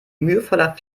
mühevoller